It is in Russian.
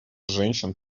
женщин